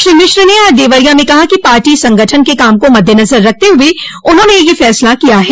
श्री मिश्र ने आज देवरिया मे कहा कि पार्टी संगठन के काम को मद्देनज़र रखते हुए उन्होंने यह फ़ैसला किया है